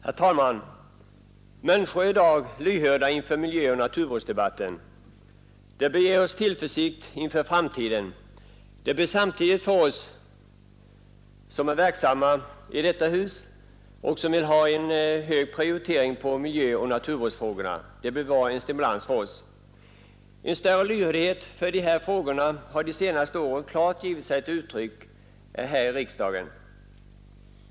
Herr talman! Människor är i dag lyhörda för miljöoch naturvårdsdebatten. Det bör ge oss tillförsikt inför framtiden. Det bör samtidigt vara en stimulans för oss som arbetar i detta hus och som vill ha en hög prioritering för miljöoch naturvårdsfrågorna. En större lyhördhet för de här frågorna har de senaste åren klart tagit sig uttryck i riksdagen.